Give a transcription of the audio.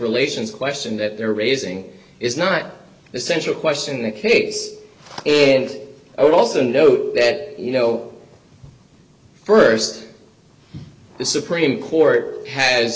relations question that they're raising is not the central question in the case it would also note that you know first the supreme court ha